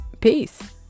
Peace